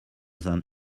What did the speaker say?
than